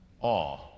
awe